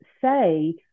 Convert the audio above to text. say